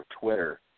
Twitter